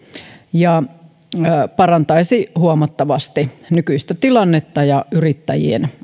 ja tämä parantaisi huomattavasti nykyistä tilannetta ja yrittäjien